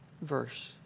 verse